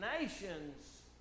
nations